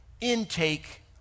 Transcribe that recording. intake